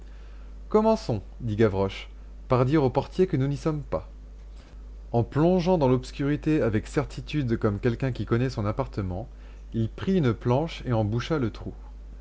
commençons dit gavroche par dire au portier que nous n'y sommes pas et plongeant dans l'obscurité avec certitude comme quelqu'un qui connaît son appartement il prit une planche et en boucha le trou